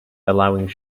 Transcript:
allowing